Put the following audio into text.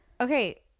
Okay